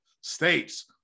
States